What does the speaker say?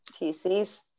tc's